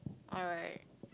alright